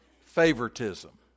favoritism